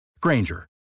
Granger